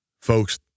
Folks